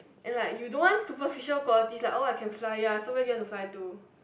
and like you don't want superficial qualities like oh I can fly ya so where do you want to fly to